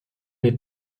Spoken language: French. est